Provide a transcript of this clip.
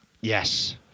Yes